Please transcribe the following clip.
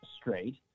straight